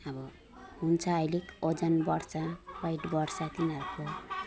अब हुन्छ अलिक ओजन बढ्छ वेट बढ्छ तिनीहरूको